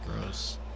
gross